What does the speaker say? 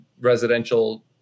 residential